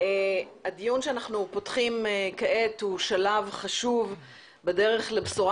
הדיון שאנחנו פותחים כעת הוא שלב חשוב בדרך לבשורה